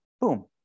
boom